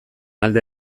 alde